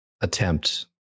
attempt